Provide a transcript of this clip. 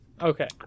okay